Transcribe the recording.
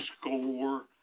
score